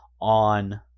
on